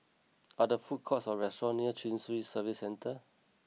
are there food courts or restaurants near Chin Swee Service Centre